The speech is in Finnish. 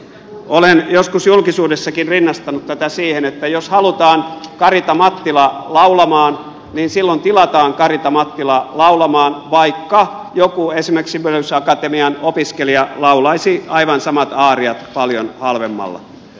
olen joskus julkisuudessakin rinnastanut tätä siihen että jos halutaan karita mattila laulamaan niin silloin tilataan karita mattila laulamaan vaikka joku esimerkiksi sibelius akatemian opiskelija laulaisi aivan samat aariat paljon halvemmalla